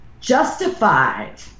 Justified